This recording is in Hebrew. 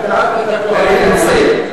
אני מסיים.